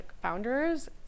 founders